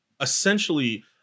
essentially